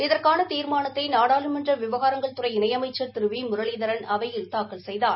இதற்கான தீர்மானத்தை நாடாளுமன்ற விவகாரங்கள் துறை இணை அமைச்சர் திரு வி முரளிதரன் அவையில் தாக்கல் செய்தார்